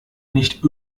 nicht